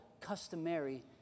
customary